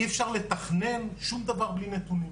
אי אפשר לתכנן שום דבר בלי נתונים.